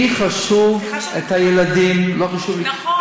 סליחה שאני, לי חשובים הילדים, לא חשוב לי כלום.